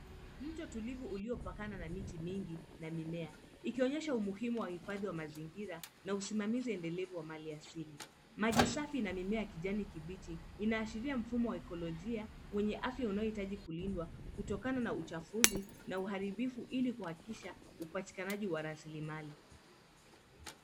Mto tulivu uliopakana na miti mingi na mimea ikionyesha umuhimu wa uhifadhi wa mazingira na usimamizi endelevu wa mali asili. Maji safi na mimea ya kijani kibichi inaashiria mfumo wa ekolojia wenye afya unaohitaji kulindwa kutokana na uchafuzi na uharibifu ili kuhakikisha upatikanaji wa rasilimali.